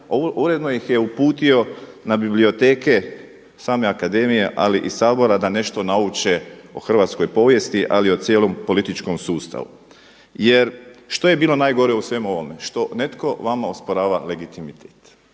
uredno ih je uputio na biblioteke same akademije ali i Sabora da nešto nauče o hrvatskoj povijesti, ali i o cijelom političkom sustavu. Jer što je bilo najgore u svemu ovome? Što netko vama osporava legitimitet,